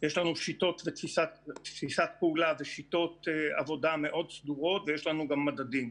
יש לנו תפיסת פעולה ושיטות עבודה מאוד סדורות ויש לנו גם מדדים.